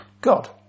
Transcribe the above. God